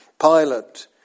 Pilate